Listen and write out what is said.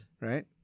right